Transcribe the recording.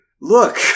Look